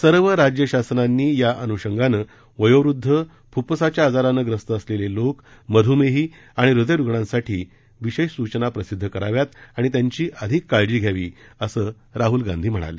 सर्व राज्य शासनांनी या अनुषंगानं वयोवृद्ध फुफ्फुसाच्या आजारानं ग्रस्त असलेले लोक मधुमेही आणि हृदयरुग्णांसाठी विशेष सूचना प्रसिद्ध कराव्यात आणि त्यांची अधिक काळजी घ्यावी असं राहुल गांधी म्हणाले